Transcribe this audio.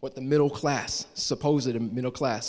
what the middle class suppose that a middle class